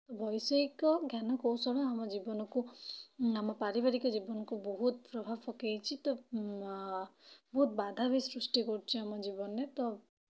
ବୈଷୟିକ ଜ୍ଞାନ କୌଶଳ ଆମ ଜୀବନକୁ ଆମ ପାରିବାରିକ ଜୀବନକୁ ବହୁତ ପ୍ରଭାବ ପକେଇଛି ତ ବହୁତ ବାଧା ବି ସୃଷ୍ଟି କରୁଛି ଆମ ଜୀବନରେ ତ